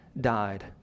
died